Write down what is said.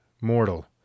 Mortal